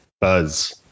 Buzz